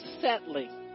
settling